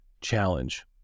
challenge